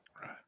Right